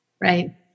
Right